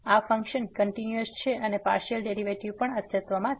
આ function continuous છે અને પાર્સીઅલ ડેરીવેટીવ પણ અસ્તિત્વમાં છે